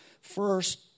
First